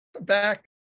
back